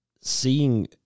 seeing